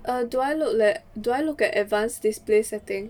err do I look at do I look at advanced display setting